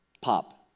pop